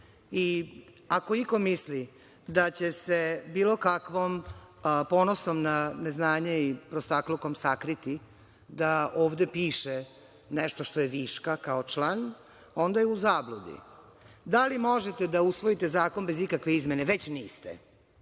Ako iko misli da će bilo kakvim ponosom na neznanje i prostaklukom sakriti da ovde piše nešto što je viška kao član, onda je u zabludi. Da li možete da usvojite zakon bez ikakve izmene? Već niste.